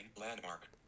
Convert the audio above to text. landmark